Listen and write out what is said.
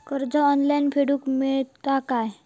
कर्ज ऑनलाइन फेडूक मेलता काय?